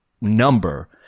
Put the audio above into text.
number